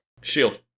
Shield